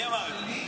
מי אמר את זה?